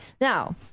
Now